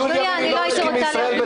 שלושת האנשים האלה יקבעו אם תהיינה פה בחירות